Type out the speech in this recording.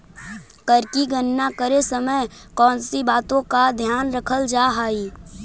कर की गणना करे समय कौनसी बातों का ध्यान रखल जा हाई